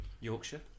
Yorkshire